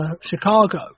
Chicago